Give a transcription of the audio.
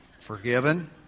Forgiven